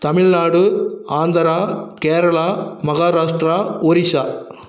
Tamil Nadu Andhra Kerala Maharashtra Orissa